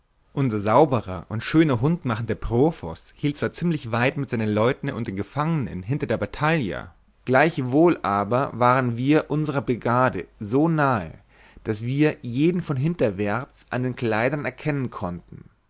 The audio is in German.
unser sauberer und so schöne hund machende profos hielt zwar ziemlich weit mit seinen leuten und den gefangenen hinter der batallia gleichwohl aber waren wir unsrer brigade so nahe daß wir jeden von hinterwärts an den kleidern erkennen konnten